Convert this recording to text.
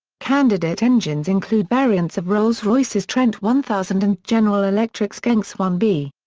candidate engines include variants of rolls-royce's trent one thousand and general electric's genx one b.